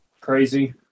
crazy